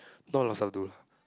not a lot of stuff to do lah